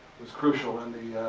was crucial in the,